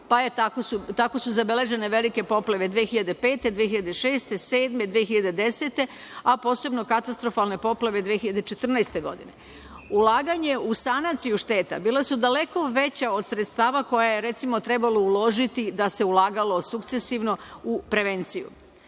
reka. Tako su zabeležene velike poplave 2005, 2006, 2007, 2010, da posebno katastrofalne poplave 2014. godine. Ulaganja u sanaciju šteta bila su daleko veća od sredstava koja je trebalo uložiti, da se ulagalo sukcesivno, u prevenciju.